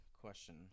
question